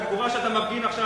את הגבורה שאתה מפגין עכשיו,